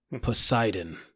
Poseidon